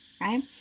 right